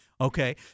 Okay